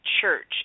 Church